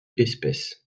espèces